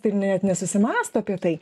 ir net nesusimąsto apie tai